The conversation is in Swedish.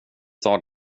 tar